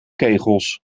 kegels